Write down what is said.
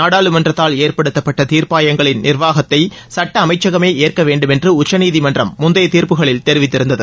நாடாளுமன்றத்தால் ஏற்படுத்தப்பட்ட தீர்ப்பாயங்களின் நா்வாகத்தை சட்ட அமைச்சகமே ஏற்க வேண்டுமென்று உச்சநீதிமன்றம் முந்தைய தீர்ப்புகளில் தெரிவித்திருந்தது